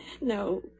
No